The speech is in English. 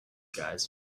guys